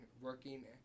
working